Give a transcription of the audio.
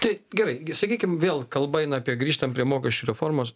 tai gerai sakykim vėl kalba eina apie grįžtam prie mokesčių reformos